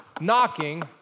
knocking